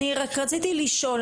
אני רק רציתי לשאול,